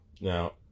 Now